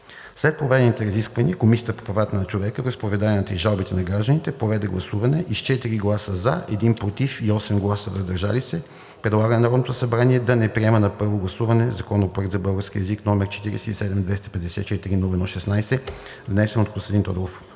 След проведените разисквания Комисията по правата на човека, вероизповеданията и жалбите на гражданите проведе гласуване и с 4 гласа „за“, 1 „против“ и 8 гласа „въздържали се“ предлага на Народното събрание да не приема на първо гласуване Законопроект за българския език, № 47-254-01-16, внесен от Костадин Тодоров